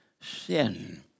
Sin